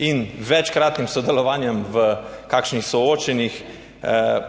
in večkratnim sodelovanjem v kakšnih soočenjih,